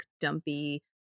dumpy